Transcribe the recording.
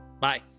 bye